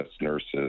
nurses